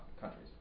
countries